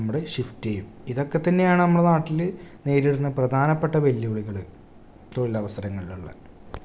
നമ്മൽ ഷിഫ്റ്റ് ചെയ്യും ഇതൊക്കെ തന്നെയാണ് നമ്മളുടെ നാട്ടിൽ നേരിടുന്ന പ്രധാനപ്പെട്ട വെല്ലുവിളികൾ തൊഴിലവസരങ്ങളിലുള്ള